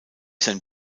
sein